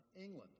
England